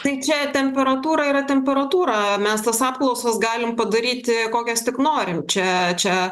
tai čia temperatūra yra temperatūra mes tas apklausas galim padaryti kokias tik norim čia